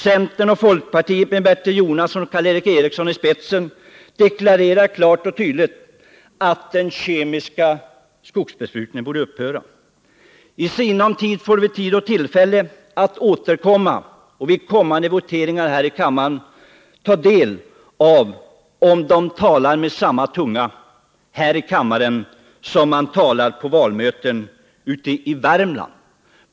Centern och folkpartiet, med Bertil Jonasson och Karl Erik Eriksson i spetsen, deklarerade klart och tydligt att den kemiska skogsbesprutningen borde upphöra. I sinom tid får vi tillfälle att åter behandla frågan i riksdagen. Då kommer det att visa sig om de talar med samma tunga här i kammaren som på valmötena i Värmland.